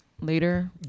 later